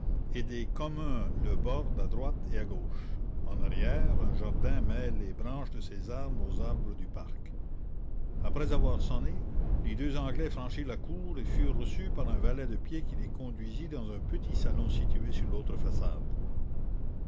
et des communs le bordent à droite et à gauche après avoir sonné les deux anglais franchirent la cour et furent reçus par un valet de pied qui les conduisit dans un petit salon situé sur l'autre façade